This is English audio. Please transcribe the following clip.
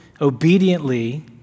obediently